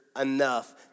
enough